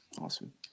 awesome